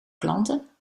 klanten